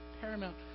paramount